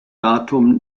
datum